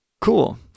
Cool